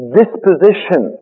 disposition